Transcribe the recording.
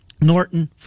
Norton